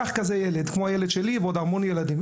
קח כזה ילד, כמו הילד שלי, ועוד המון ילדים.